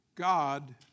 God